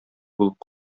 булып